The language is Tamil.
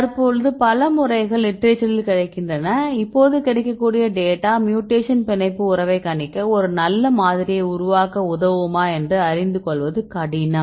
தற்போது பல முறைகள் லிட்டரேச்சரில் கிடைக்கின்றன இப்போது கிடைக்கக்கூடிய டேட்டா மியூடேக்ஷன் பிணைப்பு உறவை கணிக்க ஒரு நல்ல மாதிரியை உருவாக்க உதவுமா என்று அறிந்துகொள்வது கடினம்